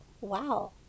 wow